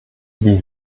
wie